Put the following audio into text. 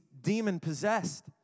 demon-possessed